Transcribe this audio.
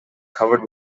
covered